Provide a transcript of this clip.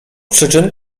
przyczyn